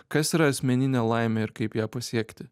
kas yra asmeninė laimė ir kaip ją pasiekti